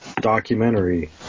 Documentary